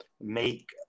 make